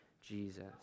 Jesus